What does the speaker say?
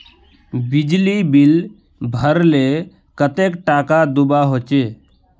बिजली बिल भरले कतेक टाका दूबा होचे?